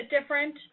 different